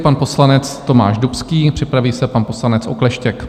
Pan poslanec Tomáš Dubský, připraví se pan poslanec Okleštěk.